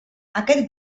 aquest